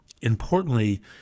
Importantly